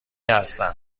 هستم